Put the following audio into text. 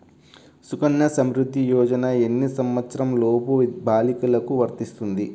సుకన్య సంవృధ్ది యోజన ఎన్ని సంవత్సరంలోపు బాలికలకు వస్తుంది?